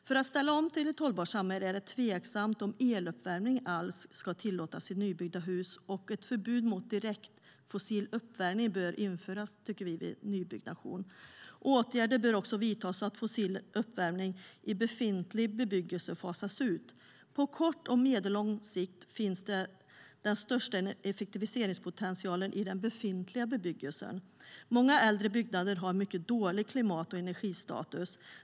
För att ställa om till ett hållbart samhälle är det tveksamt om eluppvärmning alls ska tillåtas i nybyggda hus, och ett förbud mot direkt fossil uppvärmning bör införas vid nybyggnation. Åtgärder bör också vidtas så att fossil uppvärmning i befintlig bebyggelse fasas ut. På kort och medellång sikt finns den största effektiviseringspotentialen i den befintliga bebyggelsen. Många äldre byggnader har en mycket dålig klimat och energistatus.